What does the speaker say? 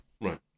Right